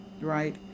right